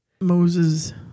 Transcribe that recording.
Moses